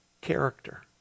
character